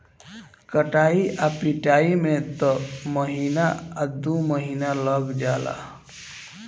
कटाई आ पिटाई में त महीना आ दु महीना लाग जाला